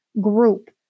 group